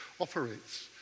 operates